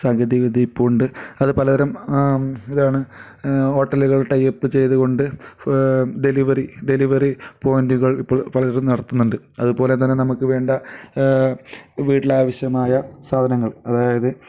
സാങ്കേതിക വിദ്യ ഇപ്പോൾ ഉണ്ട് അത് പലതരം ഇതാണ് ഹോട്ടലുകൾ ടൈയപ്പ് ചെയ്തു കൊണ്ട് ഡെലിവറി ഡെലിവറി പോയിൻ്റുകൾ ഇപ്പോൾ പലരും നടത്തുന്നുണ്ട് അതുപോലെതന്നെ നമുക്ക് വേണ്ട വീട്ടിലാവശ്യമായ സാധനങ്ങൾ അതായത്